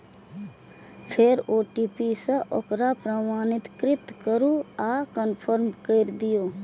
फेर ओ.टी.पी सं ओकरा प्रमाणीकृत करू आ कंफर्म कैर दियौ